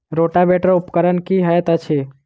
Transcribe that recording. Rotavator उपकरण की हएत अछि?